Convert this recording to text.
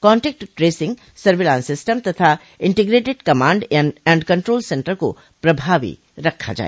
contact tracing surveillance system तथा integrated command and control centre को प्रभावी रखा जाय